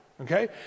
okay